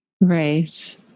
Right